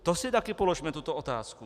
To si také položme tuto otázku.